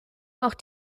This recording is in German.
auch